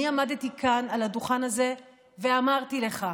אני עמדתי כאן על הדוכן הזה ואמרתי לך.